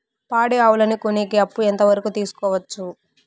పాడి ఆవులని కొనేకి అప్పు ఎంత వరకు తీసుకోవచ్చు?